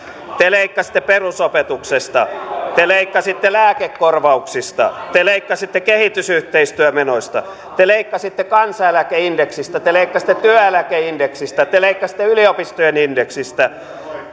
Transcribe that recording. te leikkasitte perusopetuksesta te leikkasitte lääkekorvauksista te leikkasitte kehitysyhteistyömenoista te leikkasitte kansaneläkeindeksistä te leikkasitte työeläkeindeksistä te leikkasitte yliopistojen indeksistä